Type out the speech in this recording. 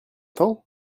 temps